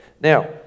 Now